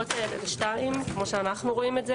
ההערות האלה לשתיים, כמו שאנחנו רואים את זה.